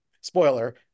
spoiler